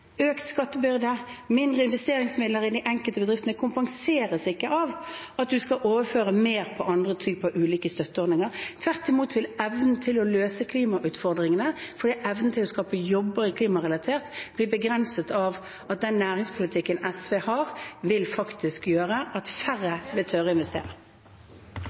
Økt skattebyrde og mindre investeringsmidler i de enkelte bedriftene kompenseres ikke av at man skal overføre mer fra andre ulike typer støtteordninger. Tvert imot vil evnen til å løse klimautfordringene, fordi evnen til å skape jobber er klimarelatert, bli begrenset av at den næringspolitikken SV har, faktisk vil gjøre at færre vil tørre å investere.